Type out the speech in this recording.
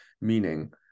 meaning